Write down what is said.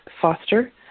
Foster